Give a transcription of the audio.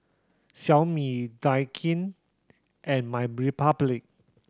Xiaomi Daikin and MyRepublic